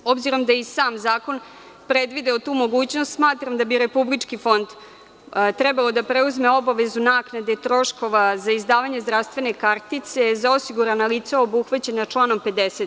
Obzirom da je i sam zakon predvideo tu mogućnost smatram da bi Republički fond trebao da preuzme obavezu naknade troškova za izdavanje zdravstvenih kartice za osigurana lica obuhvaćena članom 50.